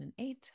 2008